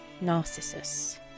Narcissus